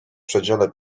przedziale